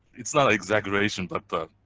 it's not an exaggeration, but